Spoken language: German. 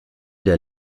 der